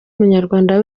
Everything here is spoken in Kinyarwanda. umunyarwanda